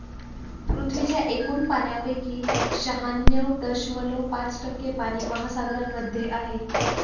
पृथ्वीच्या एकूण पाण्यापैकी शहाण्णव दशमलव पाच टक्के पाणी महासागरांमध्ये आहे